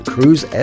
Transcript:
Cruise